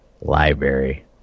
Library